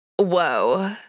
Whoa